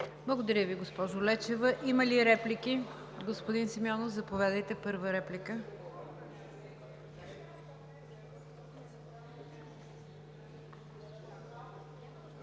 Благодаря Ви, госпожо Лечева. Има ли реплики? Господин Симеонов, заповядайте – първа реплика.